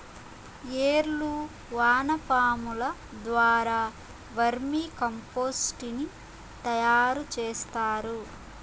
ఏర్లు వానపాముల ద్వారా వర్మి కంపోస్టుని తయారు చేస్తారు